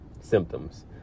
symptoms